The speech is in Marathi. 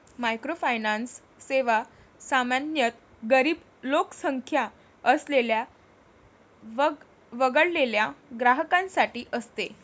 मायक्रोफायनान्स सेवा सामान्यतः गरीब लोकसंख्या असलेल्या वगळलेल्या ग्राहकांसाठी असते